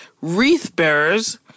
wreath-bearers